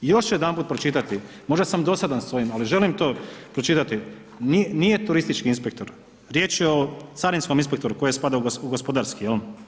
Još ću jedanput pročitati, možda sam dosadan s ovim, ali želim to pročitati, nije turistički inspektor, riječ je o carinskom inspektoru koji spada u gospodarski, jel.